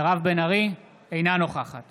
אינה נוכחת